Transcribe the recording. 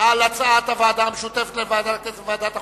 על הצעת הוועדה המשותפת לוועדת הכנסת וועדת החוקה,